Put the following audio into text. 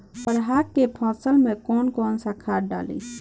अरहा के फसल में कौन कौनसा खाद डाली?